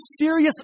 serious